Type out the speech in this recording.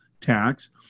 Tax